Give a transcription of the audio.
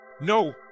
No